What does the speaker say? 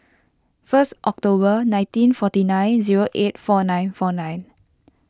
first October nineteen forty nine zero eight four nine four nine